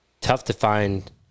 tough-to-find